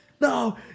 No